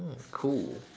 mm cool